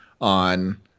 on